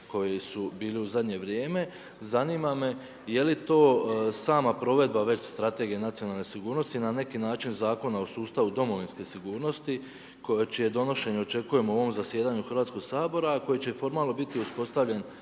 koji su bili u zadnje vrijeme. Zanima me je li to sama provedba već Strategije nacionalne sigurnosti na neki način Zakona o sustavu domovinske sigurnosti čije donošenje očekujemo u ovom zasjedanju Hrvatskoga sabora a koji će formalno biti uspostavljen